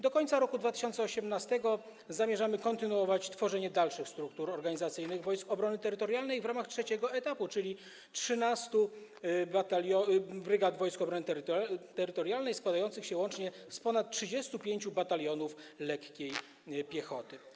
Do końca roku 2018 zamierzamy kontynuować tworzenie dalszych struktur organizacyjnych Wojsk Obrony Terytorialnej w ramach trzeciego etapu, czyli 13 brygad Wojsk Obrony Terytorialnej składających się łącznie z ponad 35 batalionów lekkiej piechoty.